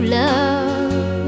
love